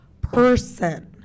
person